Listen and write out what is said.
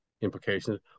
implications